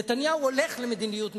נתניהו הולך למדיניות מתונה.